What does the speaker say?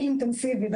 אינטנסיבי,